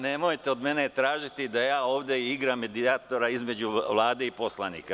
Nemojte od mene tražiti da ovde igram medijatora između Vlade i poslanika.